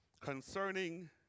concerning